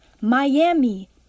Miami